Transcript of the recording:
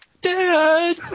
Dad